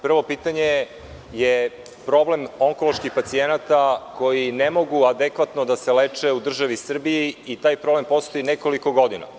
Prvo pitanje je problem onkoloških pacijenata koji ne mogu adekvatno da se leče u državi Srbiji i taj problem postoji nekoliko godina.